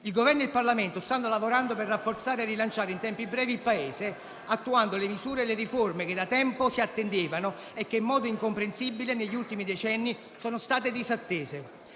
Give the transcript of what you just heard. Il Governo e il Parlamento stanno lavorando per rafforzare e rilanciare in tempi brevi il Paese, attuando le misure e le riforme che da tempo si attendevano e che in modo incomprensibile negli ultimi decenni sono state disattese.